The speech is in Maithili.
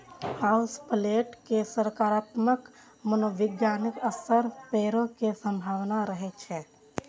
हाउस प्लांट के सकारात्मक मनोवैज्ञानिक असर पड़ै के संभावना रहै छै